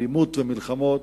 אלימות ומלחמות,